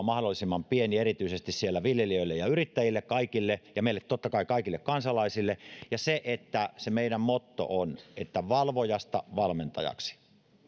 mahdollisimman pieni erityisesti kaikille viljelijöille ja yrittäjille ja totta kai meille kaikille kansalaisille ja se meidän mottomme on että valvojasta valmentajaksi